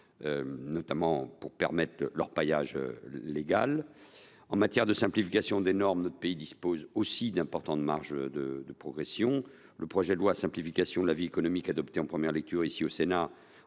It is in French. notamment pour permettre l’orpaillage légal. En matière de simplification des normes, notre pays dispose d’importantes marges de progression. Le projet de loi de simplification de la vie économique adopté en première lecture par le Sénat